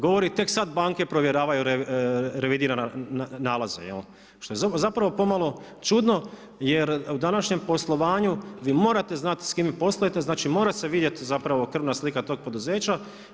Govori tek sad banke provjeravaju revidirane nalaze što je zapravo pomalo čudno, jer u današnjem poslovanju vi morate znati s kime poslujete, znači mora se vidjeti zapravo krvna slika tog poduzeća.